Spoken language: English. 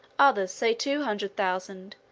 others say two hundred thousand,